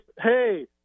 hey